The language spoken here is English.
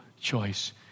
choice